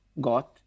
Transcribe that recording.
got